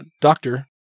doctor